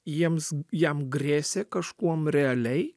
jiems jam grėsė kažkuom realiai